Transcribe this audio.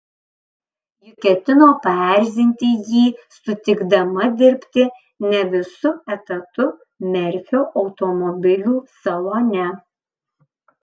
juk ketino paerzinti jį sutikdama dirbti ne visu etatu merfio automobilių salone